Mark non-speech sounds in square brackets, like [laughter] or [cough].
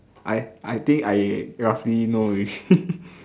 I I think I roughly know already [laughs]